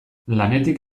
lanetik